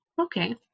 Okay